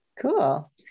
Cool